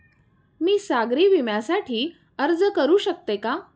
मी सागरी विम्यासाठी अर्ज करू शकते का?